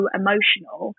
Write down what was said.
emotional